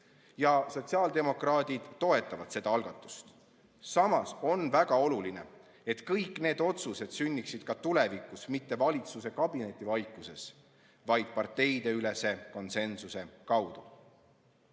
Sotsiaaldemokraadid toetavad seda algatust. Samas on väga oluline, et kõik need otsused sünniksid ka tulevikus mitte valitsuses kabinetivaikuses, vaid parteideülese konsensuse kaudu.